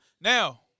Now